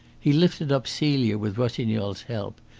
he lifted up celia with rossignol's help,